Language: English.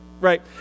right